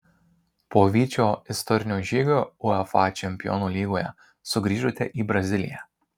po vyčio istorinio žygio uefa čempionų lygoje sugrįžote į braziliją